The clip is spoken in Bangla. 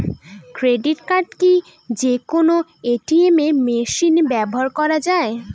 ক্রেডিট কার্ড কি যে কোনো এ.টি.এম মেশিনে ব্যবহার করা য়ায়?